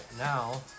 Now